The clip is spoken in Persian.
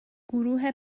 گروه